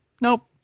nope